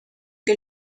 que